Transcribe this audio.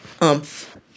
umph